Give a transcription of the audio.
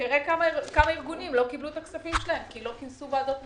תראה כמה ארגונים לא קיבלו את הכספים שלהם כי לא כינסו ועדות תמיכה.